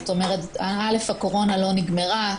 זאת אומרת, הקורונה לא נגמרה.